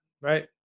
Right